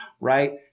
Right